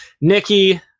Nikki